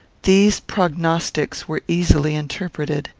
these prognostics were easily interpreted.